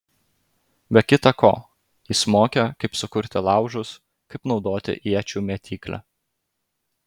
be kita ko jis mokė kaip sukurti laužus kaip naudoti iečių mėtyklę